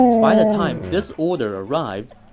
by the time this order arrived,